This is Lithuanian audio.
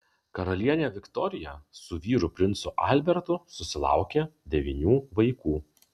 karalienė viktorija su vyru princu albertu susilaukė devynių vaikų